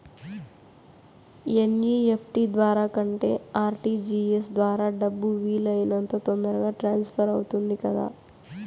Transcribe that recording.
NEFT ద్వారా కంటే RTGS ద్వారా డబ్బు వీలు అయినంత తొందరగా ట్రాన్స్ఫర్ అవుతుంది కదా